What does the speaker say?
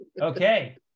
Okay